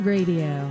Radio